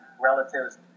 relatives